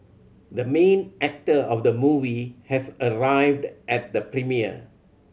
the main actor of the movie has arrived at the premiere